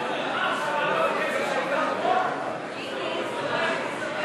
שימו לב, אנחנו כאן במצב של